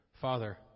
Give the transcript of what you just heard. Father